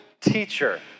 teacher